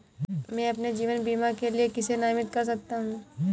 मैं अपने जीवन बीमा के लिए किसे नामित कर सकता हूं?